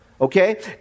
okay